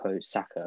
Saka